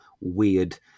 weird